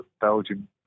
Belgium